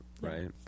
right